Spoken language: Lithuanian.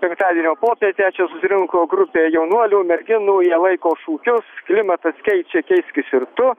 penktadienio popietę čia susirinko grupė jaunuolių merginų jie laiko šūkius klimatas keičia keiskis ir tu